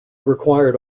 required